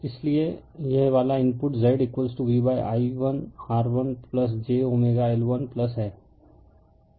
refer slide time 0309 अब इसलिए यह वाला इनपुट Z Vi1R1j L1 हैं